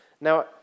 Now